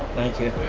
thank you.